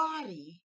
body